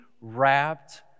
wrapped